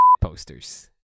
posters